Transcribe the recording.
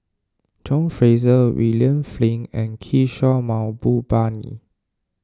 John Fraser William Flint and Kishore Mahbubani